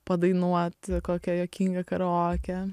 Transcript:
padainuot kokią juokingą karaokę